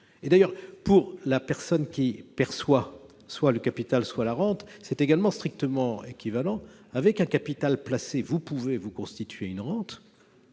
D'ailleurs, pour la personne qui perçoit soit le capital soit la rente, c'est également strictement équivalent : avec un capital placé, vous pouvez vous constituer une rente